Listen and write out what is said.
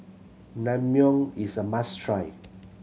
naengmyeon is a must try